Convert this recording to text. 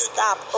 Stop